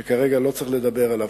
שכרגע לא צריך לדבר עליו,